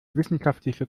wissenschaftliche